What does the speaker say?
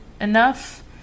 enough